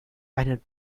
einen